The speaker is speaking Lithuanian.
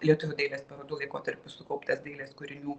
lietuvių dailės parodų laikotarpiu sukauptas dailės kūrinių